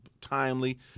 timely